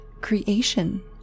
creation